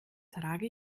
trage